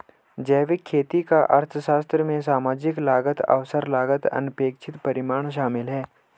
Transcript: जैविक खेती का अर्थशास्त्र में सामाजिक लागत अवसर लागत अनपेक्षित परिणाम शामिल है